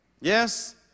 yes